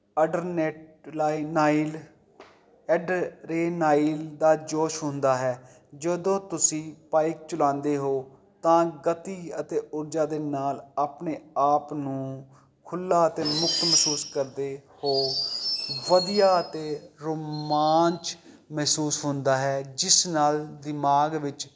ਅਟਰਨੇਟ ਲਾਈ ਨਾਈਲ ਐਡਰੇਨਾਈਲ ਦਾ ਜੋਸ਼ ਹੁੰਦਾ ਹੈ ਜਦੋਂ ਤੁਸੀਂ ਬਾਈਕ ਚਲਾਉਂਦੇ ਹੋ ਤਾਂ ਗਤੀ ਅਤੇ ਊਰਜਾ ਦੇ ਨਾਲ ਆਪਣੇ ਆਪ ਨੂੰ ਖੁੱਲਾ ਅਤੇ ਮੁਕਤ ਮਹਿਸੂਸ ਕਰਦੇ ਹੋ ਵਧੀਆ ਤੇ ਰੁਮਾਨ 'ਚ ਮਹਿਸੂਸ ਹੁੰਦਾ ਹੈ ਜਿਸ ਨਾਲ ਦਿਮਾਗ ਵਿੱਚ